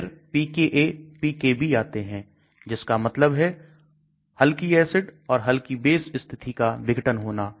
फिर pKapKb आते हैं जिसका मतलब है हल्की acid और हल्की base स्थिति का विघटन होना